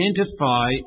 identify